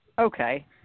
Okay